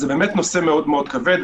אז זה באמת נושא מאוד מאוד כבד,